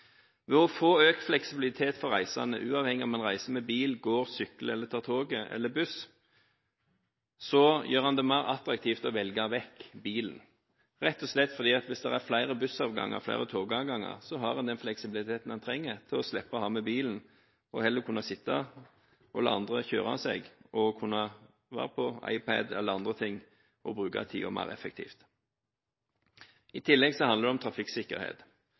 Ved å få økt fleksibilitet på reisene, uavhengig av om en reiser med bil, går, sykler, tar tog eller buss, gjør en det mer attraktivt å velge vekk bilen, rett og slett fordi hvis det er flere bussavganger og flere togavganger, så har en den fleksibiliteten en trenger for å slippe å ha med bilen og heller sitte og la andre kjøre seg, kunne være på iPad eller andre ting og bruke tiden mer effektivt. I tillegg handler det om trafikksikkerhet.